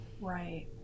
Right